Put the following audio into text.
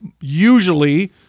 usually